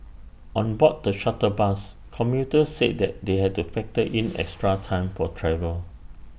on board the shuttle bus commuters said that they had to factor in extra time for travel